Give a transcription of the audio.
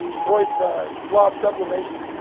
freud's a love sublimation.